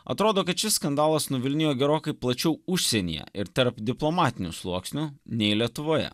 atrodo kad šis skandalas nuvilnijo gerokai plačiau užsienyje ir tarp diplomatinių sluoksnių nei lietuvoje